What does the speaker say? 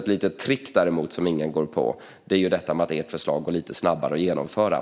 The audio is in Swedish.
Ett litet trick däremot som ingen går på är att påstå att ert förslag går snabbare att genomföra.